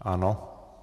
Ano.